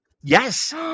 yes